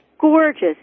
gorgeous